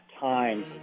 time